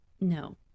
No